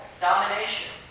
domination